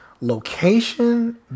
location